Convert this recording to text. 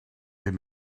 bum